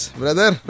brother